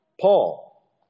Paul